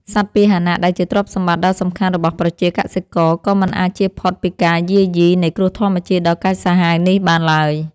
សត្វពាហនៈដែលជាទ្រព្យសម្បត្តិដ៏សំខាន់របស់ប្រជាកសិករក៏មិនអាចជៀសផុតពីការយាយីនៃគ្រោះធម្មជាតិដ៏កាចសាហាវនេះបានឡើយ។